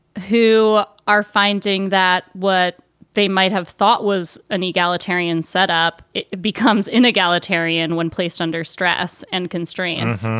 who are finding that what they might have thought was an egalitarian setup. it it becomes inegalitarian when placed under stress and constraints.